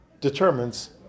determines